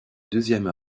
deuxième